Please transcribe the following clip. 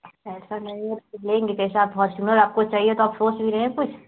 अच्छा ऐसा नहीं है तो फिर लेंगे कैसा आप फॉर्चुनर आपको चाहिए तो आप सोच भी रहें कुछ